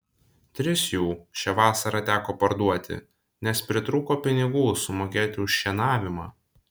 tris jų šią vasarą teko parduoti nes pritrūko pinigų sumokėti už šienavimą